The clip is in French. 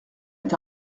est